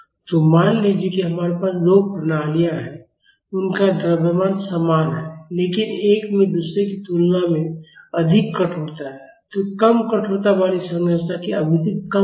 तो मान लीजिए कि हमारे पास दो प्रणालियाँ हैं उनका द्रव्यमान समान है लेकिन एक में दूसरे की तुलना में अधिक कठोरता है तो कम कठोरता वाली संरचना की आवृत्ति कम होगी